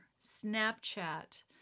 Snapchat